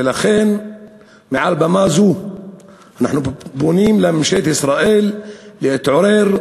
ולכן מעל במה זו אנחנו פונים אל ממשלת ישראל להתעורר,